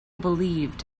believed